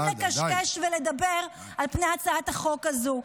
ממשיכים לקשקש ולדבר על פני הצעת החוק הזאת.